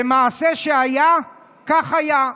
ומעשה שהיה כך היה: